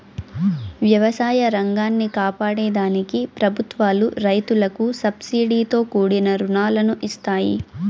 వ్యవసాయ రంగాన్ని కాపాడే దానికి ప్రభుత్వాలు రైతులకు సబ్సీడితో కూడిన రుణాలను ఇస్తాయి